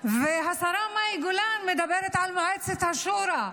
והשרה מאי גולן מדברת על מועצת השורא.